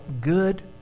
good